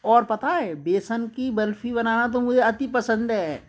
और पता है बेसन की बर्फी बनाना तो मुझे अति पसंद है